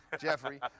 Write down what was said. Jeffrey